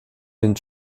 den